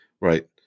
Right